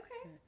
okay